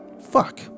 Fuck